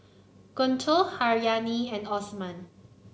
Guntur Haryati and Osman